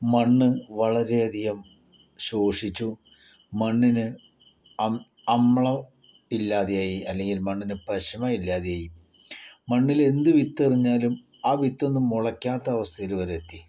മണ്ണ് വളരെയധികം ശോഷിച്ചു മണ്ണിന് അമ്ലം ഇല്ലാതെയായി അല്ലെങ്കിൽ മണ്ണിന് പശിമ ഇല്ലാതെയായി മണ്ണിൽ എന്തു വിത്തെറിഞ്ഞാലും ആ വിത്തൊന്നും മുളയ്ക്കാത്ത അവസ്ഥയിൽ വരെയെത്തി